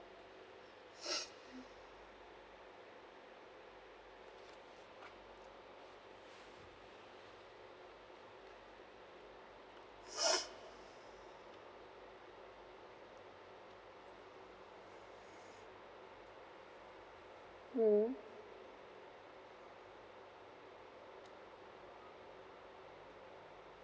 mm